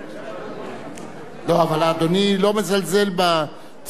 אדוני לא מזלזל בצורך שלו לענות לך, לא?